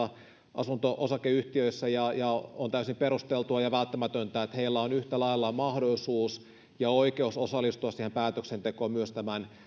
asunto osakeyhtiöissä on täysin perusteltua ja välttämätöntä että heillä on yhtä lailla mahdollisuus ja oikeus osallistua siihen päätöksentekoon myös tämän